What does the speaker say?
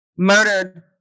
Murdered